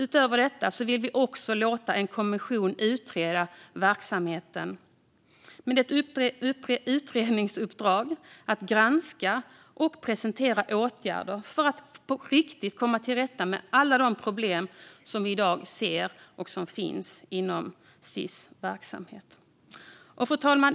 Utöver detta vill vi låta en kommission utreda verksamheten med uppdrag att granska och presentera åtgärder för att komma till rätta med alla de problem som i dag finns inom Sis verksamhet.